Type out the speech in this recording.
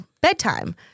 bedtime